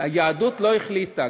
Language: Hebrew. היהדות לא החליטה.